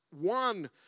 one